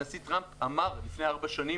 הנשיא טראמפ אמר לפני ארבע שנים,